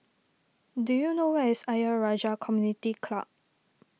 do you know where is Ayer Rajah Community Club